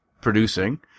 producing